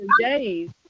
days